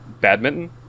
badminton